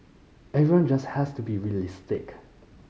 everyone just has to be realistic